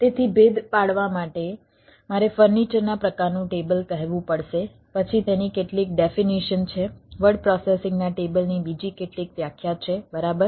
તેથી ભેદ પાડવા માટે મારે ફર્નિચરના પ્રકારનું ટેબલ કહેવું પડશે પછી તેની કેટલીક ડેફીનીશન છે વર્ડ પ્રોસેસિંગના ટેબલની બીજી કેટલીક વ્યાખ્યા છે બરાબર